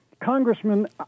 Congressman